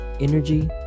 energy